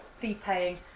fee-paying